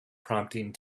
prompting